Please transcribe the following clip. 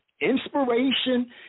Inspiration